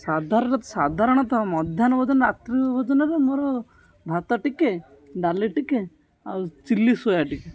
ସାଧାରଣତଃ ମଧ୍ୟାହ୍ନ ଭୋଜନ ରାତ୍ର ଭୋଜନରେ ମୋର ଭାତ ଟିକେ ଡାଲି ଟିକେ ଆଉ ଚିଲ୍ଲିି ସୋୟା ଟିକେ